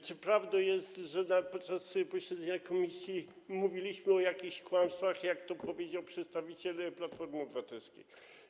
Czy prawdą jest, że podczas posiedzenia komisji mówiliśmy o jakichś kłamstwach, jak to powiedzieli przedstawiciele Platformy Obywatelskiej?